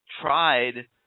tried